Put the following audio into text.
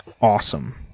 awesome